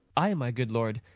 ay, my good lord.